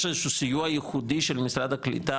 יש איזה סיוע ייחודי של משרד הקליטה,